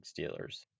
Steelers